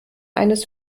eines